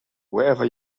wherever